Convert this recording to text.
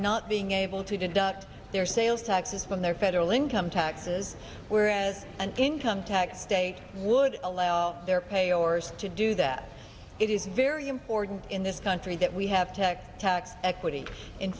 not being able to deduct their sales taxes from their federal income taxes where as an income tax state would allow their pay or so to do that it is very important in this country that we have to tax equity in